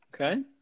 Okay